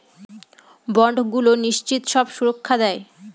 বন্ডগুলো নিশ্চিত সব সুরক্ষা দেয়